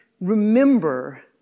remember